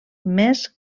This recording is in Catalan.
més